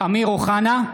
אמיר אוחנה,